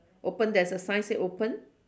open there's a sign said open